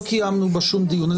לא קיימנו בה שום דיון.